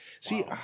See